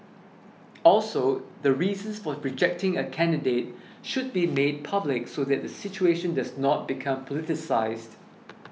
also the reasons for rejecting a candidate should be made public so that the situation does not become politicised